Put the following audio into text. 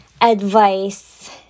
advice